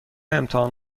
امتحان